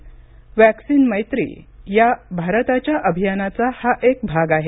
vaccine मैत्री या भारताच्या अभियानाचा हा एक भाग आहे